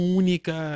única